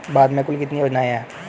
भारत में कुल कितनी योजनाएं हैं?